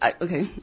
okay